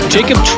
Jacob